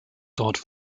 dort